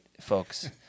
folks